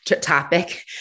topic